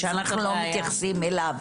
שאנחנו לא מתייחסים אליו.